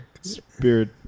Spirit